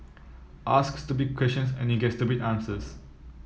ask stupid questions and you get stupid answers